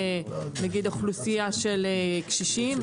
נגיד לאוכלוסייה של קשישים,